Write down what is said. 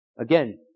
Again